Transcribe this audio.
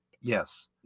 yes